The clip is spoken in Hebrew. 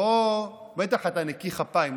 אתה בטח נקי כפיים,